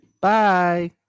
Bye